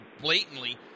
blatantly